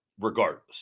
Regardless